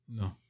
No